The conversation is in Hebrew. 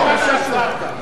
בגלל ההצבעה שעצרת.